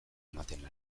ematen